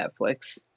netflix